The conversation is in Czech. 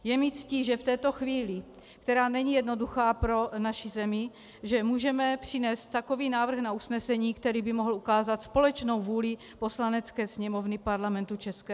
Je mi ctí, že v této chvíli, která není jednoduchá pro naši zemi, můžeme přinést takový návrh na usnesení, který by mohl ukázat společnou vůli Poslanecké sněmovny Parlamentu ČR.